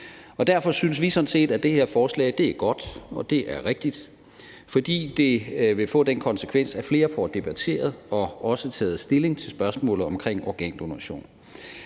Derfor synes vi sådan set, at det her forslag er godt og rigtigt, fordi det vil få den konsekvens, at flere får debatteret og også taget stilling til spørgsmålet om organdonation.